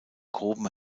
groben